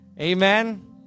Amen